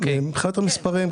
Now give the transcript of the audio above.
מבחינת המספרים,